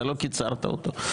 אתה לא קיצרת אותו.